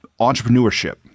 entrepreneurship